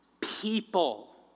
people